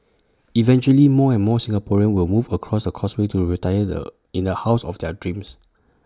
eventually more and more Singaporeans will move across the causeway to retire the in the house of their dreams